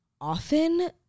often